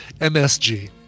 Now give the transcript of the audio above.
MSG